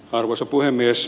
arvoisa puhemies